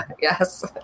yes